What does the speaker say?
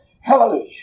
Hallelujah